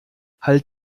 halt